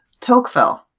Tocqueville